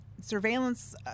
surveillance